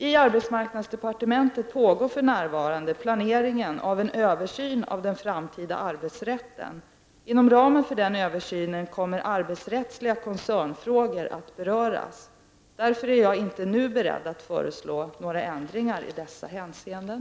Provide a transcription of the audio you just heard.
I arbetsmarknadsdepartementet pågår för närvarande planering av en översyn av den framtida arbetsrätten. Inom ramen för den översynen kommer arbetsrättsliga koncernfrågor att beröras. Därför är jag inte nu beredd att föreslå några ändringar i dessa hänseenden.